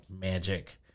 magic